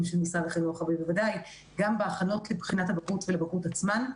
של משרד החינוך ובוודאי גם בהכנות לבחינת הבגרות ולבגרויות עצמן.